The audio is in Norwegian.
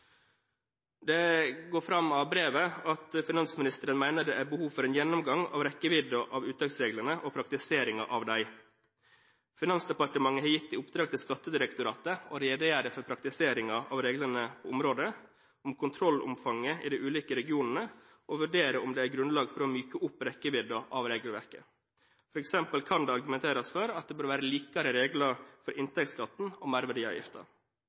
Det går fram av brevet at finansministeren mener det er behov for en gjennomgang av rekkevidden av uttaksreglene og praktiseringen av dem. Finansdepartementet har gitt Skattedirektoratet i oppdrag å redegjøre for praktiseringen av reglene på området, om kontrollomfanget i de ulike regionene, og vurdere om det er grunnlag for å myke opp rekkevidden av regelverket. For eksempel kan det argumenteres for at det bør være likere regler for inntektsskatten og